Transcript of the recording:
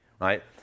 right